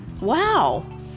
Wow